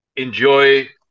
enjoy